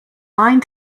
mind